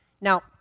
Now